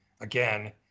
Again